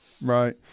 Right